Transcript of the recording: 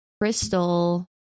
Crystal